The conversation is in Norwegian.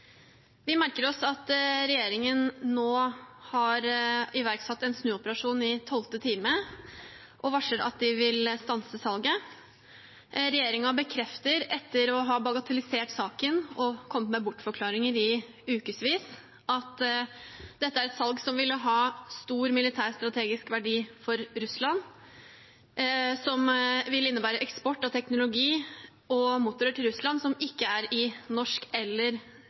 Vi merker oss at regjeringen nå har iverksatt en snuoperasjon i tolvte time og varsler at de vil stanse salget. Regjeringen bekrefter, etter å ha bagatellisert saken og kommet med bortforklaringer i ukesvis, at dette er et salg som vil ha stor militær, strategisk verdi for Russland. Det vil innebære eksport av teknologi og motorer til Russland som ikke er i norsk eller